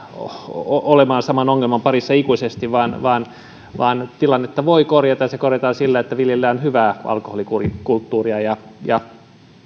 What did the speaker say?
olemaan saman ongelman parissa ikuisesti vaan tilannetta voi korjata ja se korjataan sillä että viljellään hyvää alkoholikulttuuria ja ja